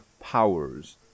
powers